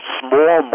small